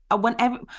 whenever